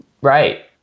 Right